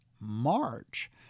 March